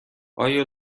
آیا